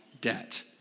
debt